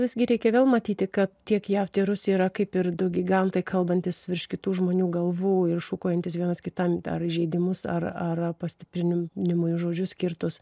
visgi reikia vėl matyti kad tiek jav rusija yra kaip ir du gigantai kalbantys virš kitų žmonių galvų ir šukuojantys vienas kitam dar įžeidimus ar ar pastiprinimui žodžius skirtus